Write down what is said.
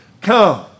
come